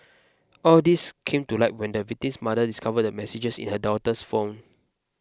all these came to light when the victim's mother discovered the messages in her daughter's phone